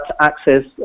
access